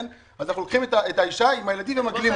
אז אנחנו לוקחים את האישה עם הילדים ומגלים אותם,